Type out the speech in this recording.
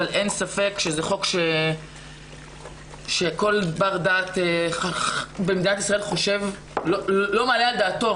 אבל אין ספק שכל בר דעת במדינת ישראל לא מעלה על דעתו